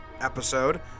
episode